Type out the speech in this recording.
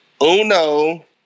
uno